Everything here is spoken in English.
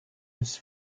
his